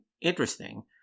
interesting